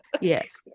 Yes